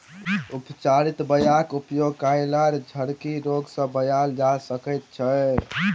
उपचारित बीयाक उपयोग कयलापर झरकी रोग सँ बचल जा सकैत अछि